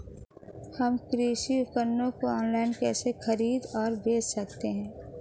हम कृषि उपकरणों को ऑनलाइन कैसे खरीद और बेच सकते हैं?